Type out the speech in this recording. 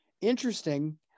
interesting